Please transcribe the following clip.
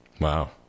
Wow